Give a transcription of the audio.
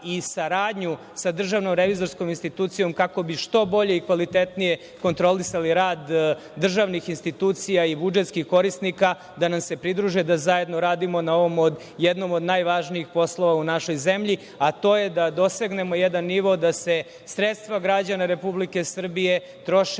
i saradnju sa DRI, kako bi što bolje i kvalitetnije kontrolisali rad državnih institucija i budžetskih korisnika, da nam se pridruže da zajedno radimo na jednom od najvažnijih poslova u našoj zemlji, a to je da dosegnemo jedan nivo da se sredstava građana Republike Srbije troše